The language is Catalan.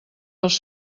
dels